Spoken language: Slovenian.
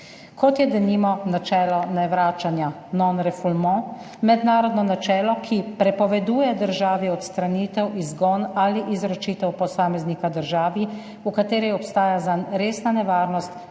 kot je denimo načelo nevračanja non-refoulement, mednarodno načelo, ki prepoveduje državi odstranitev, izgon ali izročitev posameznika državi, v kateri obstaja zanj resna nevarnost,